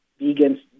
vegans